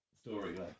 story